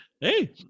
Hey